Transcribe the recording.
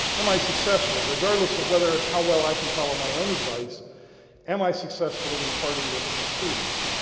am i successful regardless of whether how well i can follow my own advice am i successful with imparting this on the students?